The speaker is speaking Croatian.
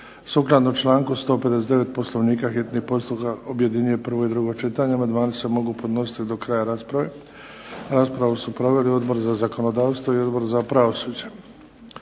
Sukladno članku 159. Poslovnika hitni postupak objedinjuje prvo i drugo čitanje. Amandmani se mogu podnositi do kraja rasprave. Raspravu su proveli Odbor za zakonodavstvo i Odbor za pravosuđe.